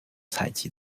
采集